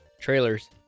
trailers